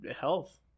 health